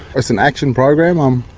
it's an action program. um